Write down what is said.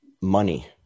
money